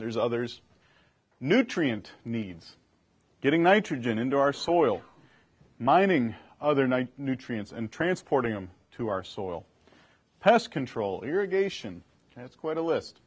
there's others nutrient needs getting nitrogen into our soil mining other ones nutrients and transporting them to our soil pest control irrigation and it's quite a list